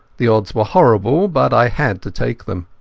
the odds were horrible, but i had to take them.